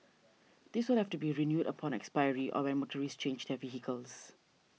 this will have to be renewed upon expiry or when motorists change their vehicles